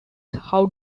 how